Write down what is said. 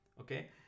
Okay